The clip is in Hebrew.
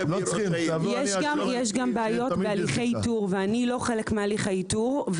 יש גם בעיות בהליכי איתור ואני לא חלק מהליך האיתור.